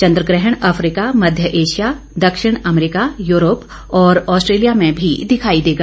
चन्द्रग्रहण अफ्रीका मध्य एशिया दक्षिण अमरीका यूरोप और ऑस्ट्रेलिया में भी दिखाई देगा